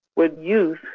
would youth,